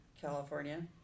California